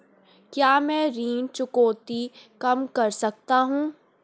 क्या मैं ऋण चुकौती कम कर सकता हूँ?